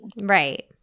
right